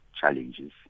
challenges